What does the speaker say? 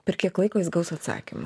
per kiek laiko jis gaus atsakymą